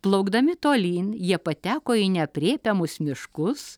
plaukdami tolyn jie pateko į neaprėpiamus miškus